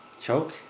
Choke